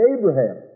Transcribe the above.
Abraham